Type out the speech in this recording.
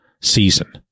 season